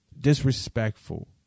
disrespectful